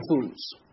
foods